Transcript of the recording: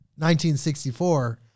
1964